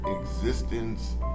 existence